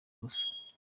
gusa